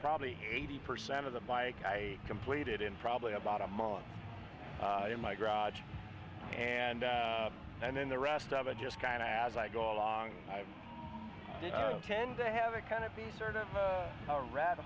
probably eighty percent of the bike i completed in probably about a month in my garage and and then the rest of it just kind of as i go along i tend to have a kind of the sort of a rat